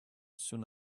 soon